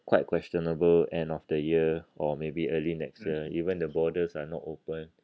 quite questionable end of the year or maybe early next year even the borders are not open